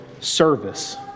service